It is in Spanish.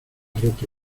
roto